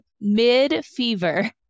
Mid-fever